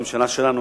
בממשלה שלנו,